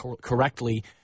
correctly